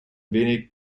wenig